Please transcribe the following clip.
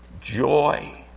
joy